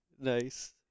Nice